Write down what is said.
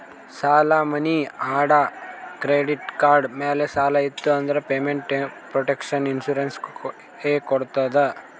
ಸಾಲಾ, ಮನಿ ಅಡಾ, ಕ್ರೆಡಿಟ್ ಕಾರ್ಡ್ ಮ್ಯಾಲ ಸಾಲ ಇತ್ತು ಅಂದುರ್ ಪೇಮೆಂಟ್ ಪ್ರೊಟೆಕ್ಷನ್ ಇನ್ಸೂರೆನ್ಸ್ ಎ ಕೊಡ್ತುದ್